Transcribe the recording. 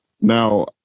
Now